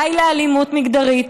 די לאלימות מגדרית,